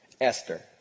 Esther